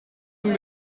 een